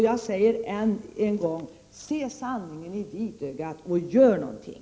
Jag säger än en gång: Se sanningen i vitögat och gör någonting!